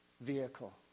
vehicle